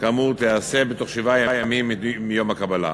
כאמור תיעשה בתוך שבעה ימים מיום הקבלה.